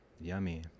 Yummy